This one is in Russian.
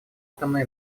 атомной